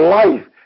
life